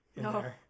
No